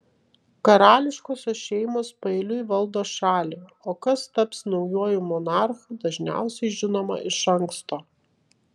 karališkosios šeimos paeiliui valdo šalį o kas taps naujuoju monarchu dažniausiai žinoma iš anksto